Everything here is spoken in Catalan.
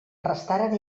restaren